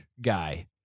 guy